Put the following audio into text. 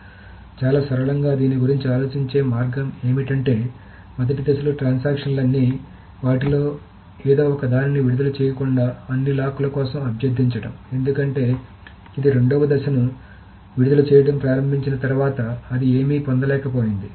కాబట్టి చాలా సరళంగా దీని గురించి ఆలోచించే మార్గం ఏమిటంటే మొదటి దశలో ట్రాన్సాక్షన్ లన్నీ వాటిలో ఏ ఒక్క దానిని విడుదల చేయకుండా అన్ని లాక్ ల కోసం అభ్యర్థించడం ఎందుకంటే ఇది రెండో దశను విడుదల చేయడం ప్రారంభించిన తర్వాత అది ఏమీ పొందలేకపోయింది